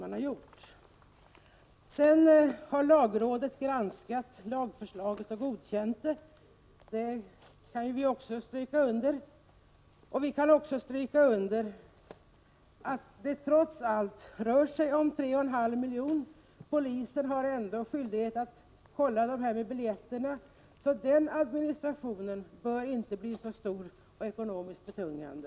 Lagrådet har granskat lagförslaget och godkänt det — det kan vi också stryka under. Vi kan även stryka under att det trots allt rör sig om 3,5 miljoner. Polisen har ändå skyldighet att kolla det här med biljetterna, så den administrationen bör inte bli så stor och ekonomiskt betungande.